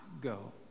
go